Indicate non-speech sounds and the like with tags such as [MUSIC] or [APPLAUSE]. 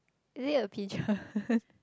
is it a pigeon [LAUGHS]